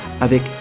avec «